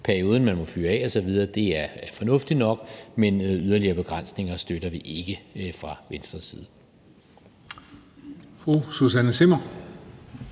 fyre fyrværkeri af osv., er fornuftige nok, men yderligere begrænsninger støtter vi ikke fra Venstres side.